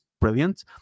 brilliant